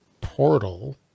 Portal